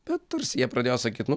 bet tarsi jie pradėjo sakyt nu